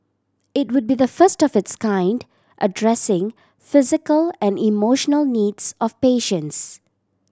it would be the first of its kind addressing physical and emotional needs of patients